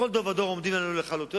בכל דור ודור עומדים עלינו לכלותנו,